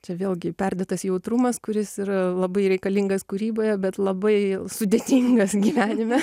čia vėlgi perdėtas jautrumas kuris yra labai reikalingas kūryboje bet labai sudėtingas gyvenime